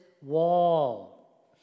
wall